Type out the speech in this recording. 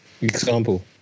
example